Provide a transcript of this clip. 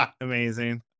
Amazing